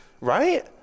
Right